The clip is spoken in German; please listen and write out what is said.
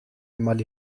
einmal